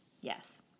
Yes